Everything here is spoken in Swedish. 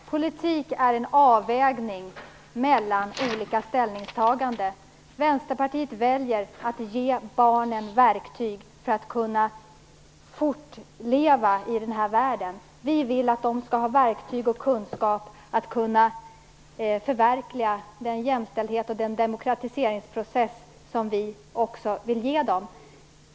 Herr talman! Politik är en avvägning mellan olika ställningstaganden. Vänsterpartiet väljer att ge barnen verktyg för att kunna fortleva i den här världen. Vi vill att de skall ha verktyg och kunskap för att kunna förverkliga den jämställdhet och demokrati som vi vill ge dem.